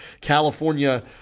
California